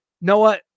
Noah